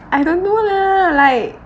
I don't know leh like